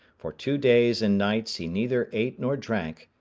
for two days and nights he neither ate nor drank,